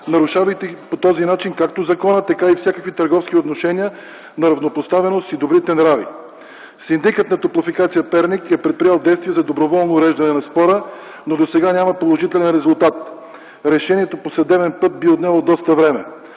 нарушавайки по този начин както закона, така и всякакви търговски отношения на равнопоставеност и добрите нрави. Синдикът на „Топлофикация – Перник” е предприел действия за доброволно уреждане на спора, но досега няма положителен резултат. Решението по съдебен път би отнело доста време.